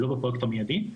לא בפרויקט המידי,